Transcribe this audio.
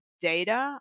data